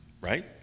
right